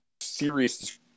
Serious